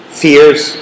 fears